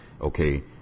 okay